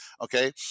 okay